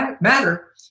Matter